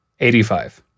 85